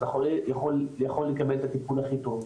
אז החולה יכול לקבל את הטיפול הכי טוב,